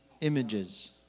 images